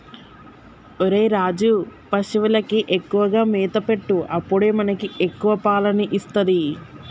ఒరేయ్ రాజు, పశువులకు ఎక్కువగా మేత పెట్టు అప్పుడే మనకి ఎక్కువ పాలని ఇస్తది